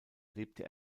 lebte